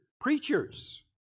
preachers